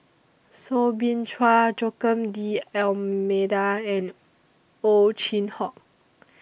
Soo Bin Chua Joaquim D'almeida and Ow Chin Hock